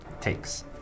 takes